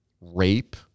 rape